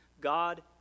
God